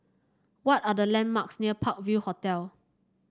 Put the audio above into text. what are the landmarks near Park View Hotel